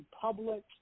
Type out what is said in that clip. public